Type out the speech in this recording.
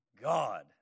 God